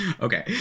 okay